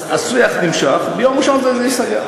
השיח נמשך, ביום ראשון זה ייסגר.